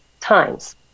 times